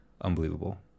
Unbelievable